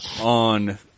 on